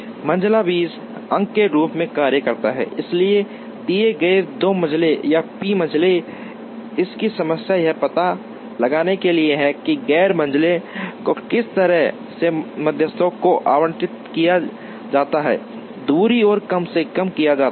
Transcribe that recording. मंझला बीज अंक के रूप में कार्य करता है इसलिए दिए गए 2 मंझले या p मंझले इसकी समस्या यह पता लगाने के लिए है कि गैर मंझले को किस तरह से मध्यस्थों को आवंटित किया जाता है दूरी को कम से कम किया जाता है